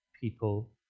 people